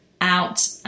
out